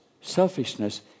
selfishness